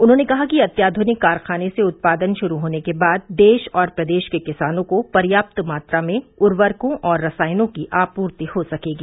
उन्होंने कहा कि अत्याधुनिक कारखाने से उत्पादन शुरू होने के बाद देश प्रदेश के किसानों को पर्यात्त मात्रा में उर्वरकों और रसायनों की आपूर्ति हो सकेगी